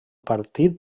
partit